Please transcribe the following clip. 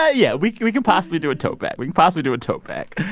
ah yeah. we could we could possibly do a tote bag. we could possibly do a tote bag.